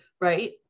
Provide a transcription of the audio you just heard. right